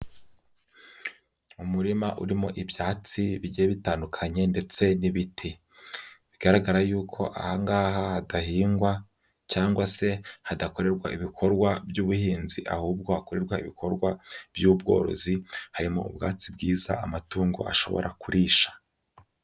Umurima urimo ibyatsi bigiye bitandukanye ndetse n'ibiti. Bigaragara yuko aha ngaha hadahingwa cyangwa se hadakorerwa ibikorwa by'ubuhinzi ahubwo hakorerwa ibikorwa by'ubworozi harimo ubwatsi bwiza amatungo ashobora kurisha.